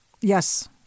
Yes